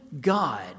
God